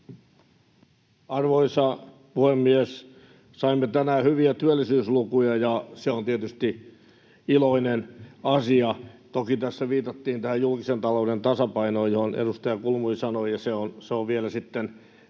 Arvoisa puhemies! Saimme tänään hyviä työllisyyslukuja, ja se on tietysti iloinen asia. Toki tässä viitattiin tähän julkisen talouden tasapainoon, josta edustaja Kulmuni sanoi, ja se on vielä sitten